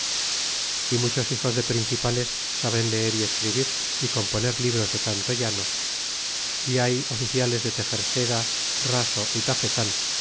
y muchos hijos de principales saben leer y escribir y componer libros de canto llano y hay oficiales de texer seda raso y tafetan